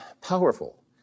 powerful